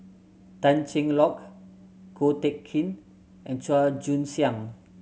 Tan Cheng Lock Ko Teck Kin and Chua Joon Siang